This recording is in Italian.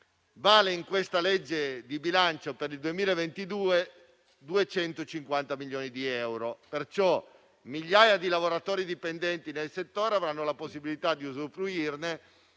vale in questa legge di bilancio, per il 2022, 250 milioni di euro. Pertanto, migliaia di lavoratori dipendenti del settore avranno la possibilità di usufruirne.